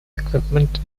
equipment